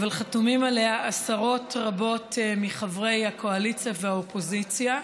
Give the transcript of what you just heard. אבל חתומים עליה עשרות רבות מחברי הקואליציה והאופוזיציה.